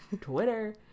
twitter